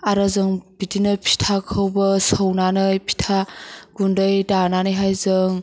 आरो जों बिदिनो फिथाखौबो सौनानै फिथा गुन्दै दानानैहाय जों